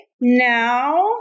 Now